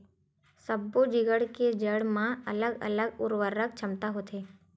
सब्बो जिगर के जड़ म अलगे अलगे उरवरक छमता होथे